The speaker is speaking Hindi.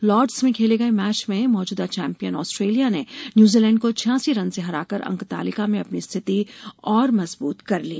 लॉर्ड्स में खेले गए मैच में मौजूदा चैम्पियन ऑस्ट्रेलिया ने न्यूजीलैंड को छियासी रन से हरा कर अंक तालिका में अपनी स्थिति और मज़बूत कर ली